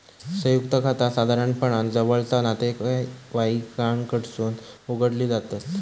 संयुक्त खाता साधारणपणान जवळचा नातेवाईकांकडसून उघडली जातत